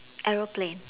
aeroplane